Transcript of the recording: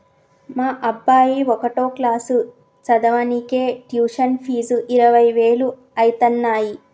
మా అబ్బాయి ఒకటో క్లాసు చదవనీకే ట్యుషన్ ఫీజు ఇరవై వేలు అయితన్నయ్యి